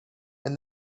and